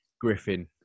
Griffin